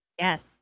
Yes